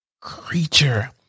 creature